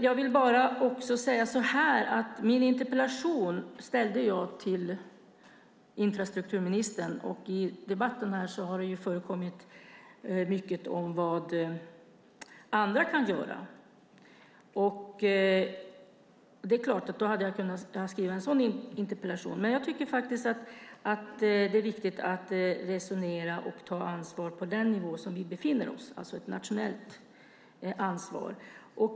Låt mig säga att min interpellation ställde jag till infrastrukturministern, och i debatten här har nämnts mycket om vad andra kan göra. Det är klart att jag hade kunnat skriva en sådan interpellation, men jag tycker att det faktiskt är viktigt att resonera och ta ansvar på den nivå där vi befinner oss, alltså ett nationellt ansvar.